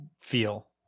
feel